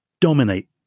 dominate –